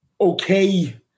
okay